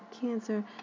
Cancer